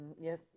Yes